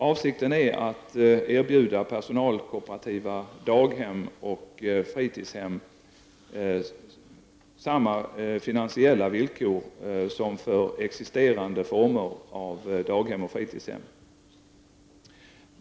Avsikten är att erbjuda personalkooperativa daghem och fritidshem samma finansiella villkor som existerande former av daghem och fritidshem.